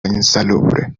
insalubre